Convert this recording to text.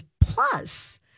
Plus